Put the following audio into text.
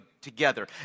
together